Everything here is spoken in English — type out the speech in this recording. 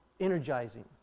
energizing